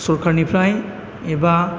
सरखारनिफ्राय एबा